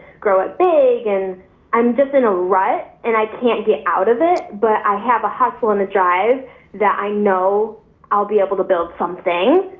grow it big, and i'm just in a rut, and i can't get out of it, but i have a hustle and a drive that i know i'll be able to build something,